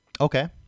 Okay